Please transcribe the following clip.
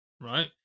Right